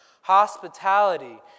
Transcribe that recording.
hospitality